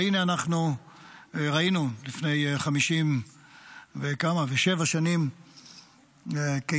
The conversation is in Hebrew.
והינה, אנחנו ראינו לפני 57 שנים כיצד